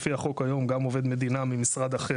לפי החוק גם עובד מדינה ממשרד אחר,